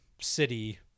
city